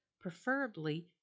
preferably